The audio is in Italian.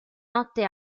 notte